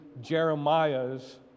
Jeremiah's